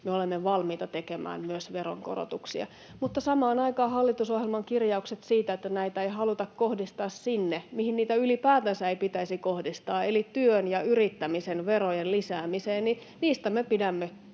olemme valmiita tekemään myös veronkorotuksia, mutta samaan aikaan hallitusohjelman kirjauksista siitä, että näitä ei haluta kohdistaa sinne, mihin niitä ylipäätänsä ei pitäisi kohdistaa, eli työn ja yrittämisen verojen lisäämiseen, niistä me pidämme